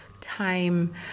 time